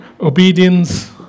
obedience